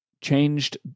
changed